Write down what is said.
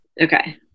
Okay